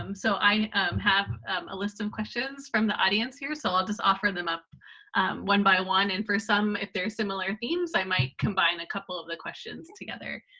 um so i have a list of questions from the audience here. so i'll just offer them up one by one. and for some, if they're similar themes, i might combine a couple of the questions together.